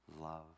love